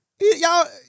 Y'all